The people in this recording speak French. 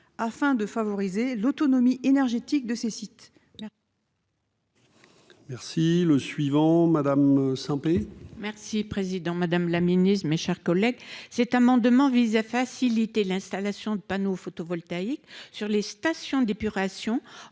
afin de favoriser l'autonomie énergétique de ces sites.